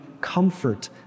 comfort